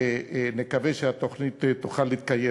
ונקווה שהתוכנית תוכל להתקיים.